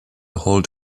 hold